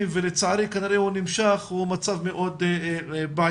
כבר ולצערי כנראה יימשך הוא מצב מאוד בעייתי,